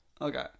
Okay